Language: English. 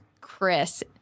Chris